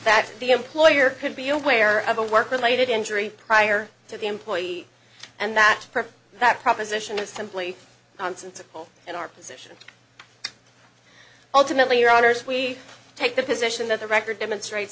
that the employer could be aware of a work related injury prior to the employee and that that proposition is simply nonsensical in our position ultimately your honour's we take the position that the record demonstrate